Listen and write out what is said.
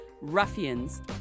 ruffians